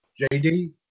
JD